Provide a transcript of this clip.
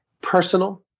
personal